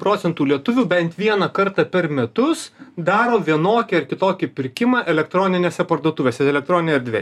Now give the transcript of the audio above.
procentų lietuvių bent vieną kartą per metus daro vienokį ar kitokį pirkimą elektroninėse parduotuvėse elektroninėj erdvėj